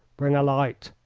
bring a light,